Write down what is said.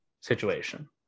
situation